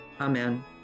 Amen